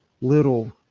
little